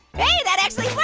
hey, that actually worked!